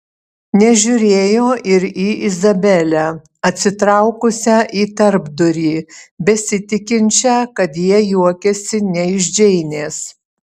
nežiūrėjo ir į izabelę atsitraukusią į tarpdurį besitikinčią kad jie juokiasi ne iš džeinės